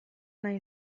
nahi